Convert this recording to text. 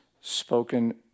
spoken